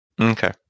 Okay